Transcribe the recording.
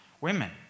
women